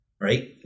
right